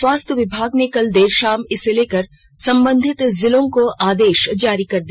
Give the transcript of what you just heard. स्वास्थ्य विभाग ने कल देर शाम इसे लेकर संबंधित जिलों को आदेश जारी कर दिया